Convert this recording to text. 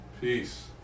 Peace